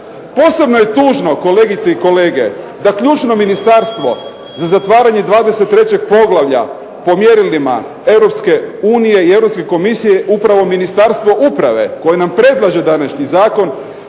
Posebno je tužno kolegice i kolege, da ključno ministarstvo za zatvaranje 23. poglavlja po mjerilima Europske unije i Europske komisije, upravo Ministarstvo uprave koje nam predlaže današnji zakon,